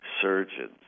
surgeons